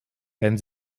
werden